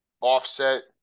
offset